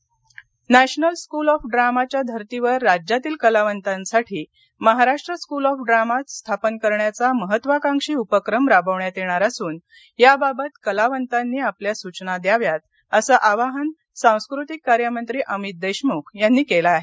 डामा school Latur national school of ड्रामाच्या धर्तीवर राज्यातील कलावंतासाठी महाराष्ट्र स्कूल ऑफ ड्रामा स्थापना करण्याचा महत्वाकांक्षी उपक्रम राबवण्यात येणार असून याबाबत कलावंतांनी आपल्या सूचना द्याव्यात असं आवाहन सांस्कृतिक कार्यमंत्री अमित देशमुख यांनी केलं आहे